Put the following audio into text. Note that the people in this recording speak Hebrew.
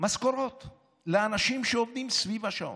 משכורות לאנשים שעובדים סביב השעון.